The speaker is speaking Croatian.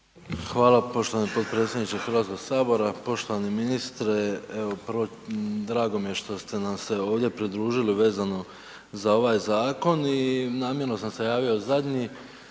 Hvala poštovani potpredsjedniče Hrvatskog sabora. Poštovani ministre, evo prvo drago mi što ste nam se ovdje pridružili vezano za ovaj zakon i namjerno sam se javio zadnji